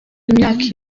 imyaka